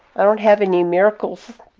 i don't have any miracles.